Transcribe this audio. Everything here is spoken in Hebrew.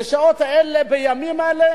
בשעות האלה, בימים האלה